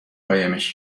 قایمش